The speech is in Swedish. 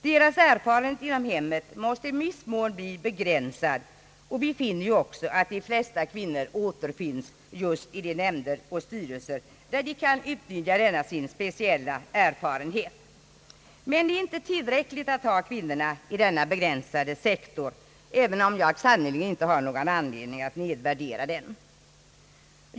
Deras erfarenhet inom hemmet måste i viss mån bli begränsad, och vi finner också de flesta kvinnorna just i de nämnder och styrelser där de kan utnyttja denna sin speciella erfarenhet. Men det är inte tillräckligt att ha kvinnorna i denna begränsade sektor, även om jag sannerligen inte har någon anledning att nedvärdera den.